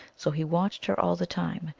so he watched her all the time.